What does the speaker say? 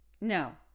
No